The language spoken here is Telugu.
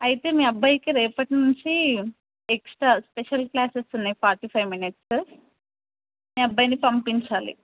అయితే మీ అబ్బాయికి రేపట్నుంచి ఎక్స్ట్రా స్పెషల్ క్లాసెస్ ఉన్నాయి ఫార్టీ ఫైవ్ మినిట్స్ మీ అబ్బాయిని పంపించాలి